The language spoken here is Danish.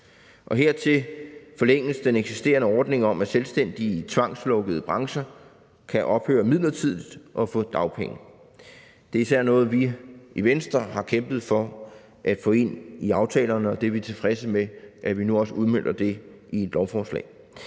Og hertil forlænges den eksisterende ordning om, at selvstændige i tvangslukkede brancher kan ophøre midlertidigt og få dagpenge. Det er især noget, vi i Venstre har kæmpet for at få ind i aftalerne, og vi er tilfredse med, at vi nu også udmønter det i et lovforslag.